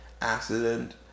accident